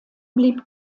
blieb